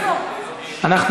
חברת הכנסת בן ארי,